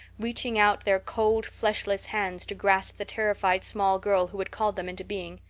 reaching out their cold, fleshless hands to grasp the terrified small girl who had called them into being.